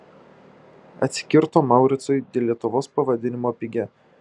atsikirto mauricui dėl lietuvos pavadinimo pigia